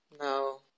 no